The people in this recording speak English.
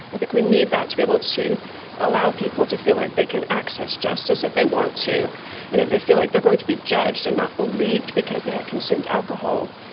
i think we need that to be able to allow people to feel like they can access justice if they want to. and if they feel like they are going to be judged and not believed because they had consumed alcohol,